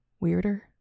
Weirder